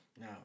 Now